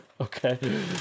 Okay